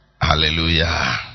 Hallelujah